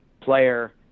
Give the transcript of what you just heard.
player